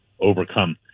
overcome